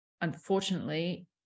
unfortunately